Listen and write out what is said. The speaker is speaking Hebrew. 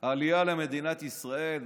עלייה למדינת ישראל.